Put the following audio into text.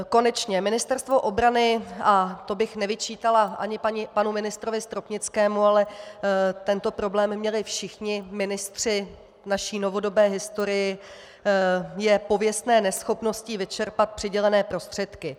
Konečně, Ministerstvo obrany, a to bych nevyčítala ani panu ministrovi Stropnickému, ale tento problém měli všichni ministři v naší novodobé historii, je pověstné neschopností vyčerpat přidělené prostředky.